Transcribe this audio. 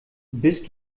bist